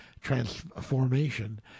transformation